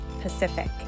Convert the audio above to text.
Pacific